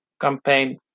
campaign